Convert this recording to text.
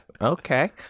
Okay